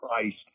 Christ